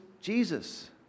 Jesus